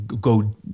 go